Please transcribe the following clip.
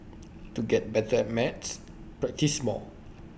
to get better at maths practise more